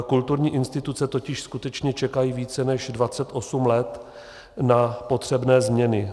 Kulturní instituce totiž skutečně čekají více než 28 let na potřebné změny.